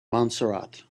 montserrat